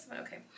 Okay